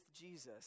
Jesus